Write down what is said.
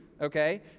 okay